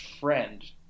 friend